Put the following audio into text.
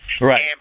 Right